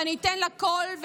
ואני אתן לה קול,